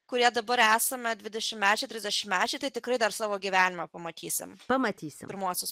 kurie dabar esame dvidešimtmečiai trisdešimtmečiai tai tikrai dar savo gyvenimą pamatysim pamatysim pirmuosius